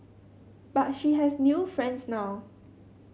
but she has new friends now